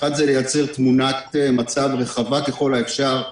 האחד הוא לייצר תמונת מצב רחבה ככל האפשר,